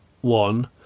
one